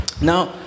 Now